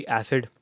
acid